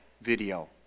video